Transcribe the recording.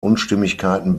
unstimmigkeiten